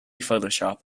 photoshop